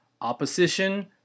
Opposition